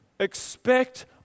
Expect